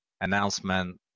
announcement